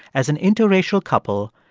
as an interracial couple,